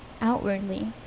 outwardly